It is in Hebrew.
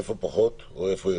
איפה פחות או איפה יותר?